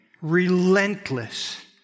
relentless